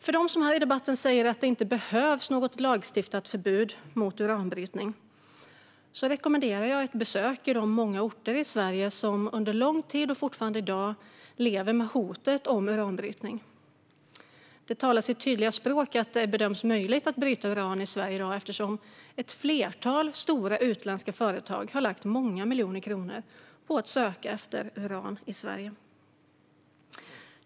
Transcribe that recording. För dem som här i debatten säger att det inte behövs något lagstiftat förbud mot uranbrytning rekommenderar jag ett besök i de många orter i Sverige som under lång tid levat och fortfarande i dag lever med hotet om uranbrytning. Det talar sitt tydliga språk att det bedöms möjligt att bryta uran i Sverige i dag, eftersom ett flertal stora utländska företag har lagt många miljoner kronor på att söka efter uran i Sverige.